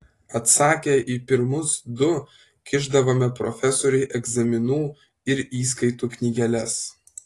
atsakę į pirmus du kišdavome profesoriui egzaminų ir įskaitų knygeles